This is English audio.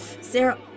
Sarah